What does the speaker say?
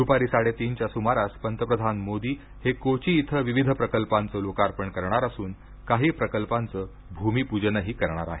दुपारी साडे तीनच्या सुमारास पंतप्रधान मोदी हे कोची इथं विविध प्रकल्पांचं लोकार्पण करणार असून काही प्रकल्पांचं भूमिपूजनही करणार आहेत